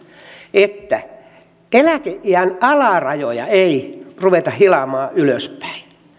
että eläkeiän alarajoja ei ruveta hilaamaan ylöspäin